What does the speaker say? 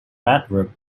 bedroom